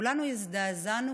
כולנו הזדעזענו